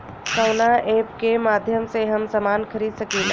कवना ऐपके माध्यम से हम समान खरीद सकीला?